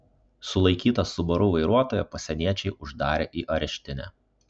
sulaikytą subaru vairuotoją pasieniečiai uždarė į areštinę